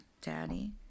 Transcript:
daddy